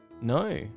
No